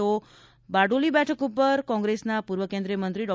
તો બારડોલી બેઠક ઉપર કોંગ્રેસના પૂર્વ કેન્દ્રિયમંત્રી ડો